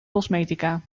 cosmetica